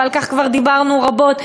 ועל כך כבר דיברנו רבות,